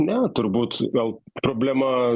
ne turbūt gal problema